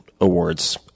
Awards